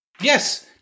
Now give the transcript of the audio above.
Yes